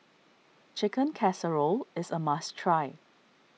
Chicken Casserole is a must try